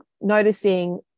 noticing